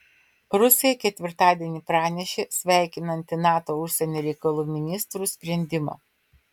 rusija ketvirtadienį pranešė sveikinanti nato užsienio reikalų ministrų sprendimą